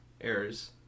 errors